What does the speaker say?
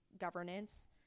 governance